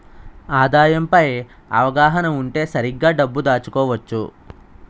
ఆదాయం పై అవగాహన ఉంటే సరిగ్గా డబ్బు దాచుకోవచ్చు